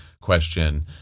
question